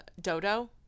Dodo